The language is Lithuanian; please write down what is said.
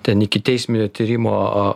ten ikiteisminio tyrimo